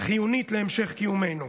החיונית להמשך קיומנו.